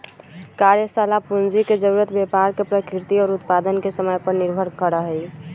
कार्यशाला पूंजी के जरूरत व्यापार के प्रकृति और उत्पादन के समय पर निर्भर करा हई